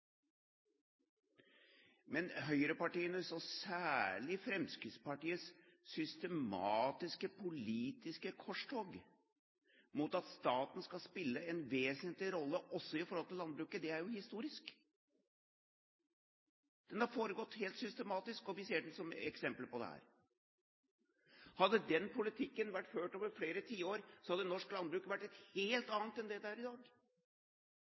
Men høyrepartienes, og særlig Fremskrittspartiets, systematiske, politiske korstog mot at staten skal spille en vesentlig rolle også i forhold til landbruket, er historisk. Det har foregått helt systematisk, og vi ser eksempler på det her. Hadde den politikken vært ført over flere tiår, hadde norsk landbruk vært et helt annet enn det er i dag.